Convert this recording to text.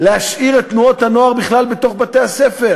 להשאיר את תנועות הנוער בכלל בתוך בתי-הספר,